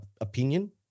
opinion